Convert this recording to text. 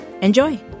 Enjoy